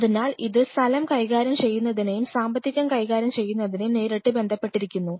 അതിനാൽ ഇത് സ്ഥലം കൈകാര്യം ചെയ്യുന്നതിനെയും സാമ്പത്തികം കൈകാര്യം ചെയ്യുന്നതിനെയും നേരിട്ട് ബന്ധപ്പെട്ടിരിക്കുന്നു